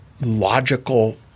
logical